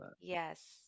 Yes